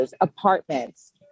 apartments